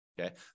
Okay